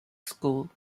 school